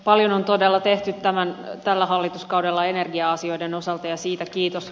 paljon on todella tehty tällä hallituskaudella energia asioiden osalta ja siitä kiitos